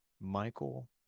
Michael